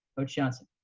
coach johnson.